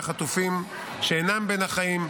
והחטופים שאינם בין החיים,